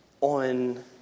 on